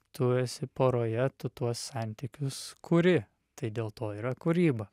tu esi poroje tu tuos santykius kuri tai dėl to yra kūryba